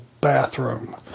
bathroom